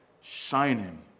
shining